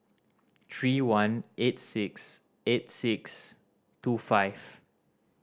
three one eight six eight six two five